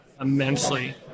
immensely